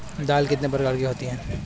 दाल कितने प्रकार की होती है?